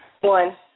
One